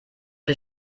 ihr